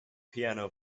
piano